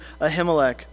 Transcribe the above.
Ahimelech